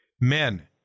Men